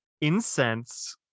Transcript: incense